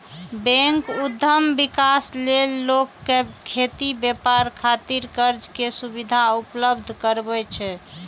bank उद्यम विकास लेल लोक कें खेती, व्यापार खातिर कर्ज के सुविधा उपलब्ध करबै छै